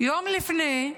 לפני,